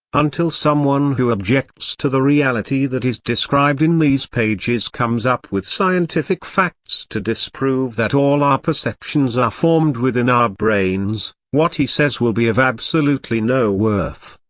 until someone who objects to the reality that is described in these pages comes up with scientific facts to disprove that all our perceptions are formed within our brains, what he says will be of absolutely no worth.